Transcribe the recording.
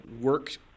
work